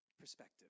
perspective